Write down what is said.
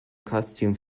costume